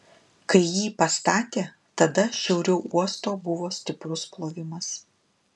kai jį pastatė tada šiauriau uosto buvo stiprus plovimas